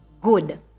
good